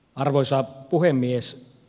arvoisa puhemies